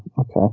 okay